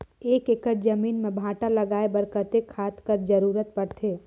एक एकड़ जमीन म भांटा लगाय बर कतेक खाद कर जरूरत पड़थे?